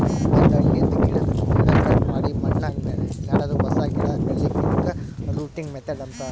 ಒಂದ್ ಹಣ್ಣಿನ್ದ್ ಗಿಡದ್ದ್ ಕೊಂಬೆ ಕಟ್ ಮಾಡಿ ಮಣ್ಣಾಗ ನೆಡದು ಹೊಸ ಗಿಡ ಬೆಳಿಲಿಕ್ಕ್ ಇದಕ್ಕ್ ರೂಟಿಂಗ್ ಮೆಥಡ್ ಅಂತಾರ್